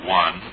one